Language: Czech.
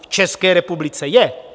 V České republice je.